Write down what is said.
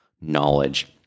knowledge